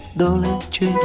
dolce